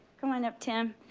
come on up, tim.